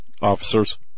officer's